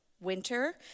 winter